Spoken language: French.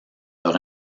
leurs